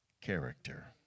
character